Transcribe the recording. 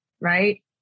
Right